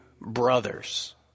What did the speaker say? brothers